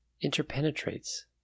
interpenetrates